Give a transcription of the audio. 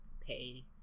pay